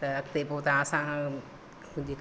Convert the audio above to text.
त अॻिते पोइ तां असां